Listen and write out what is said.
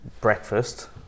breakfast